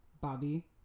bobby